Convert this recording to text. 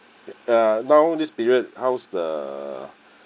uh now this period how's the